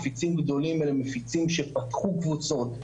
מפיצים גדולים אלה מפיצים שפתחו קבוצות,